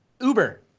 Uber